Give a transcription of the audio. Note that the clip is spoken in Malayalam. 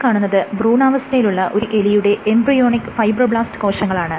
ഈ കാണുന്നത് ഭ്രൂണാവസ്ഥയിലുള്ള ഒരു എലിയുടെ എംബ്രിയോണിക് ഫൈബ്രോബ്ലാസ്റ് കോശങ്ങളാണ്